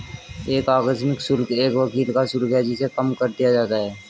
एक आकस्मिक शुल्क एक वकील का शुल्क है जिसे कम कर दिया जाता है